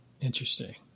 Interesting